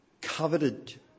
coveted